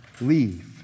leave